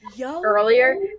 earlier